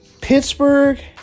Pittsburgh